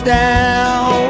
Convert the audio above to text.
down